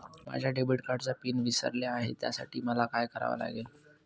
माझ्या डेबिट कार्डचा पिन विसरले आहे त्यासाठी मला काय करावे लागेल?